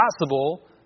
possible